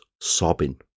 sobbing